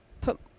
put